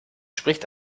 spricht